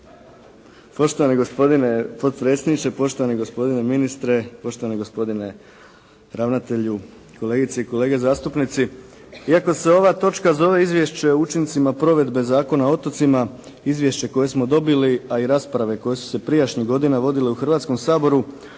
Poštovani gospodine potpredsjedniče, poštovani gospodine ministre, poštovani gospodine ravnatelju, kolegice i kolege zastupnici. Iako se ova točka izvješće o učincima provedbe Zakona o otocima izvješće koje smo dobili a i rasprave koje su se prijašnjih godina vodile u Hrvatskom saboru